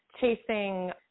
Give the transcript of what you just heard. chasing